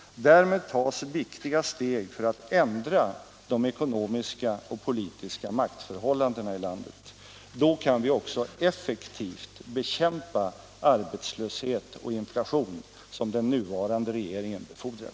Därmed tas viktiga steg för att ändra de ekonomiska och politiska maktförhållandena i landet. Då kan vi också effektivt bekämpa den arbetslöshet och inflation som den nuvarande regeringen befordrar.